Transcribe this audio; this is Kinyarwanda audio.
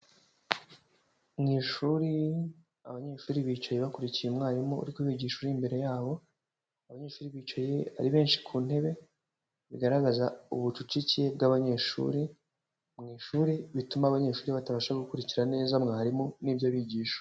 Mu ishuri abanyeshuri bicaye bakurikiye umwarimu uri kubigisha uri imbere yabo, abanyeshuri bicaye ari benshi ku ntebe, bigaragaza ubucucike bw'abanyeshuri mu ishuri, bituma abanyeshuri batabasha gukurirana neza mwarimu n'ibyo abigisha.